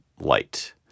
Light